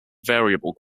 variable